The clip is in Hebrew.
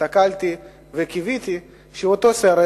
הסתכלתי וקיוויתי שאותו סרט,